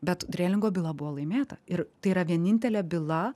bet drėlingo byla buvo laimėta ir tai yra vienintelė byla